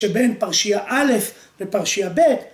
‫שבין פרשיה א' לפרשיה ב'.